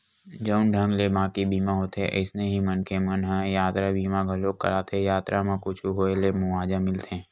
जउन ढंग ले बाकी बीमा होथे अइसने ही मनखे मन ह यातरा बीमा घलोक कराथे यातरा म कुछु होय ले मुवाजा मिलथे